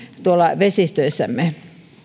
tuolla vesistöissämme